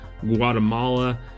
Guatemala